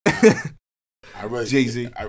Jay-Z